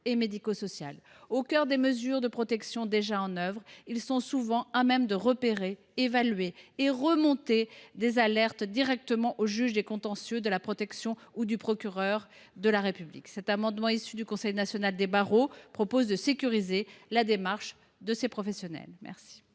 et médico sociale. Au cœur des mesures de protection déjà en œuvre, ces derniers sont souvent à même de repérer, d’évaluer et de relayer des alertes directement auprès du juge des contentieux de la protection ou du procureur de la République. Cet amendement, issu d’une proposition du Conseil national des barreaux, a pour objet de sécuriser la démarche de ces professionnels.